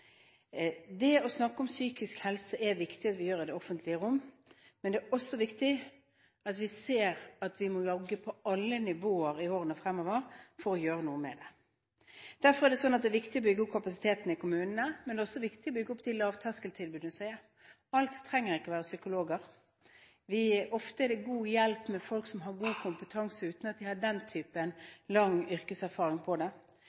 Det å snakke om psykisk helse i det offentlige rom er viktig, men det er også viktig å se at vi må jobbe på alle nivåer i årene fremover for å gjøre noe med det. Derfor er det viktig å bygge opp kapasiteten i kommunene. Men det er også viktig å bygge opp de lavterskeltilbudene som finnes. Det trenger ikke alltid å være psykologer. Ofte er det god hjelp i folk som har god kompetanse uten at de har den typen lang yrkeserfaring på området. At hjelpen kommer tidlig, er helt avgjørende for å kunne forhindre at det